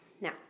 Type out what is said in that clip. now